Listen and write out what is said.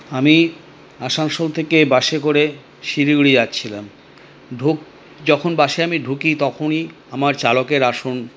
আমি আসানসোল থেকে বাসে করে শিলিগুড়ি যাচ্ছিলাম ঢুক যখন বাসে আমি ঢুকি তখনই আমার চালকের আসন